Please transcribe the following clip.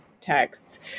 texts